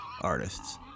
artists